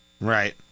Right